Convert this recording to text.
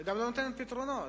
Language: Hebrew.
וגם לא נותנת פתרונות.